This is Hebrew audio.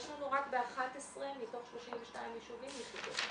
יש לנו רק ב-11 מתוך 32 יישובים יחידות.